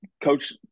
Coach